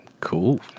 Cool